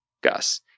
Gus